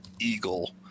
eagle